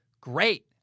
Great